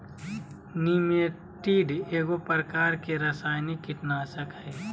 निमेंटीड एगो प्रकार के रासायनिक कीटनाशक हइ